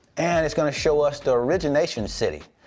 and it's gonna show us the origination city,